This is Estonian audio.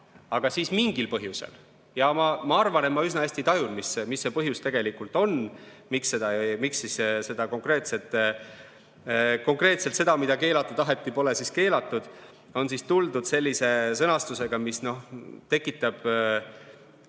aga mingil põhjusel – ja ma arvan, et ma üsna hästi tajun, mis see põhjus tegelikult on, miks konkreetselt seda, mida keelata taheti, pole keelatud – on tuldud sellise sõnastusega, mis võimaldab